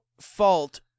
fault